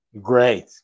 Great